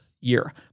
year